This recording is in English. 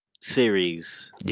series